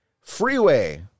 Freeway